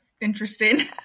interesting